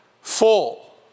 full